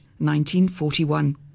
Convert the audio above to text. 1941